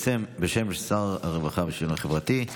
בשם שר הרווחה והביטחון החברתי.